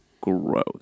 gross